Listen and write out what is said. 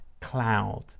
cloud